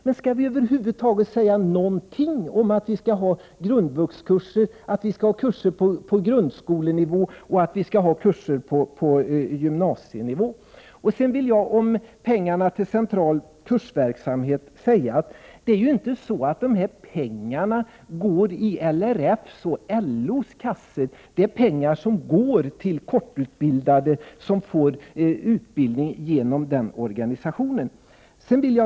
Men skall vi över huvud taget säga någonting om huruvida vi skall ha grundvuxkurser, kurser på grundskolenivå och kurser på gymnasienivå? När det gäller pengarna till central kursverksamhet vill jag säga att dessa pengar inte går till LRF:s eller LO:s kassa. De går till de kortutbildade, som då får utbildning genom dessa organisationer.